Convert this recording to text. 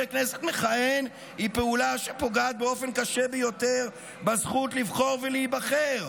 כנסת מכהן היא פעולה אשר פוגעת באופן קשה ביותר בזכות לבחור ולהיבחר,